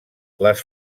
les